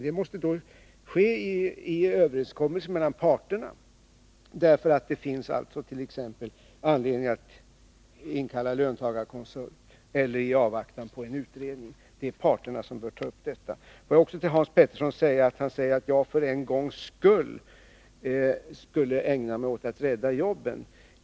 Det måste bli en överenskommelse mellan parterna. Det kan t.ex. finnas anledning att inkalla en löntagarkonsult eller avvakta en utredning. Det är alltså parterna som bör ta upp detta till diskussion. Sedan till Hans Petersson som yttrade: ——— om Nils Åsling för en gångs skull kunde ägna sig åt att rädda jobben.